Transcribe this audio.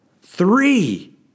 Three